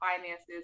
finances